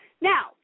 Now